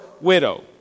widow